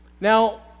Now